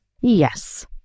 Yes